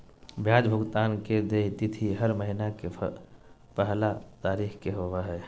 ब्याज भुगतान के देय तिथि हर महीना के पहला तारीख़ के होबो हइ